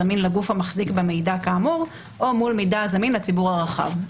הזמין לגוף המחזיק במידע כאמור או מול מידע הזמין לציבור הרחב.